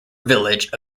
village